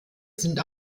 sind